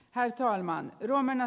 herr talman